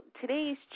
today's